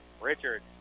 Richard